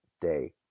day